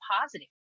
positive